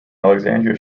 alexandria